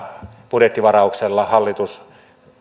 budjettivarauksella hallitus